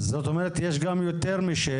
אז זאת אומרת יש גם יותר משש,